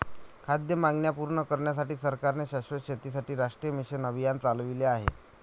खाद्य मागण्या पूर्ण करण्यासाठी सरकारने शाश्वत शेतीसाठी राष्ट्रीय मिशन अभियान चालविले आहे